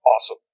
awesome